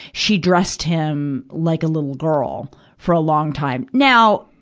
she dressed him like a little girl for a long time. now,